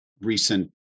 recent